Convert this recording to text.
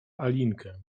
alinkę